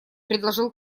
предложил